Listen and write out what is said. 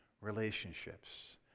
relationships